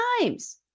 Times